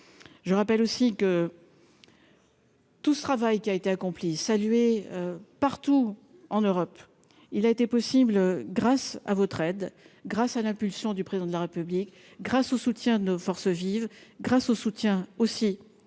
je rappelle aussi que. Tout le travail qui a été accompli salué partout en Europe, il a été possible grâce à votre aide grâce à l'impulsion du président de la République, grâce au soutien de nos forces vives, grâce au soutien aussi